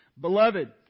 Beloved